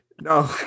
No